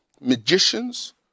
magicians